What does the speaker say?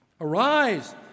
Arise